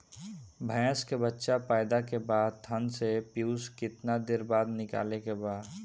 भैंस के बच्चा पैदा के बाद थन से पियूष कितना देर बाद निकले के बा?